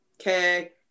okay